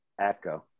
atco